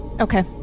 Okay